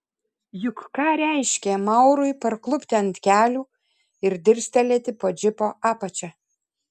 juk ką reiškė maurui parklupti ant kelių ir dirstelėti po džipo apačia